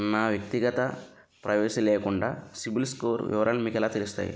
నా వ్యక్తిగత ప్రైవసీ లేకుండా సిబిల్ స్కోర్ వివరాలు మీకు ఎలా తెలుస్తాయి?